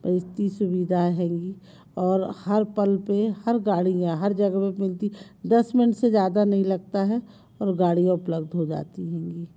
पर इतनी सुविधाएँ हैगी और हर पल पर हर गाड़ियाँ हर जगह पर मिलती दस मिंट से ज़्यादा नहीं लगता हैं और गाड़ियाँ उपलब्ध हो जाती हैंगी